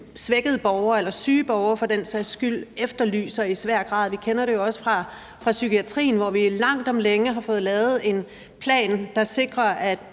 svækkede borgere eller syge borgere for den sags skyld efterlyser i svær grad. Vi kender det også fra psykiatrien, hvor vi langt om længe har fået lavet en plan, der sikrer, at